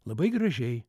labai gražiai